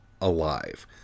alive